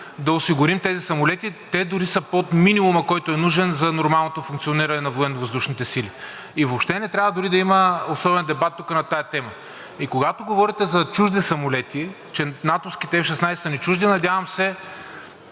да осигурим тези самолети. Те дори са под минимума, който е нужен за нормалното функциониране на Военновъздушните сили. И въобще не трябва дори да има особен дебат тук на тази тема. И когато говорите за чужди самолети, че натовските F-16 са ни чужди, надявам се